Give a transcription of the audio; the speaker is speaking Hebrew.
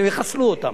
הם יחסלו אותם.